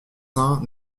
saints